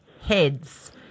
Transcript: heads